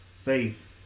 faith